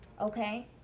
okay